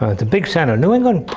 ah big centre. new england,